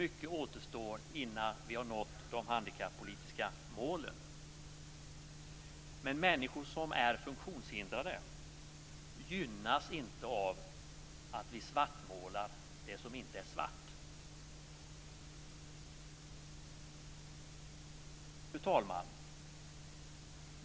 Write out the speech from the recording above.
Mycket återstår innan vi har nått de handikappolitiska målen. Men människor som är funktionshindrade gynnas inte av att vi svartmålar det som inte är svart. Fru talman!